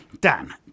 Dan